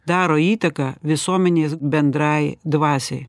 daro įtaką visuomenės bendrai dvasiai